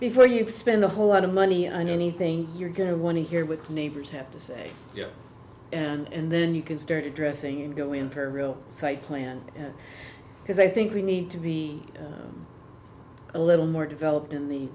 before you spend a whole lot of money on anything you're going to want to hear with neighbors have to say yes and then you can start addressing and go in for real site plan because i think we need to be a little more developed in the